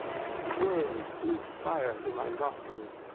i squirmed, blew fire through my nostrils,